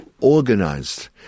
organized